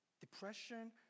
depression